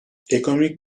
ekonomik